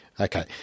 Okay